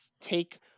take